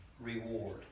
reward